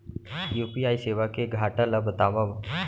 UPI सेवा के घाटा ल बतावव?